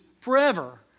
forever